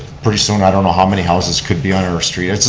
pretty soon i don't know how many houses could be on our street.